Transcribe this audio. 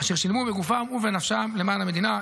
אשר שילמו בגופם ובנפשם למען המדינה.